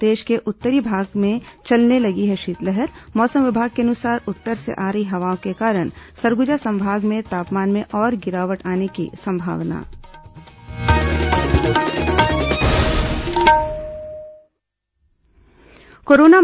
प्रदेश के उत्तरी भाग में चलने लगी है शीतलहर मौसम विभाग के अनुसार उत्तर से आ रही हवाओं के कारण सरगुजा संभाग में तापमान में और गिरावट आने की संभावना